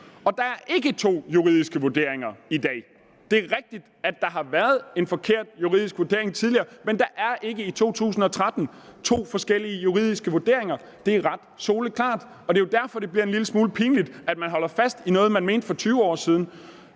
og der er ikke to juridiske vurderinger i dag. Det er rigtigt, at der har været en forkert juridisk vurdering tidligere, men der er ikke i 2013 to forskellige juridiske vurderinger – det er ret soleklart. Og det er jo derfor, at det bliver en lille smule pinligt, at man holder fast i noget, man mente for 20 år siden,